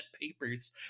papers